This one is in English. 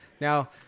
now